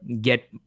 get